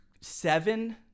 Seven